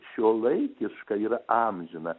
šiuolaikiška yra amžina